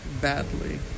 badly